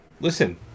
Listen